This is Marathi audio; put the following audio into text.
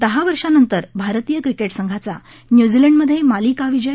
दहा वर्षांनंतर भारतीय क्रिकेट संघाचा न्यूझीलंडमध्ये मालिका विजय